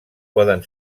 poden